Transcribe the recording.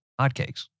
hotcakes